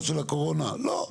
לא.